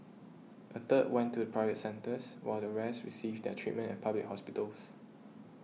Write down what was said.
a third went to private centres while the rest received their treatment at public hospitals